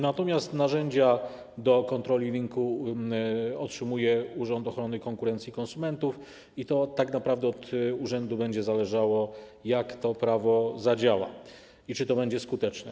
Natomiast narzędzia do kontroli rynku otrzymuje Urząd Ochrony Konkurencji i Konsumentów i tak naprawdę od urzędu będzie zależało, jak to prawo zadziała i czy będzie skuteczne.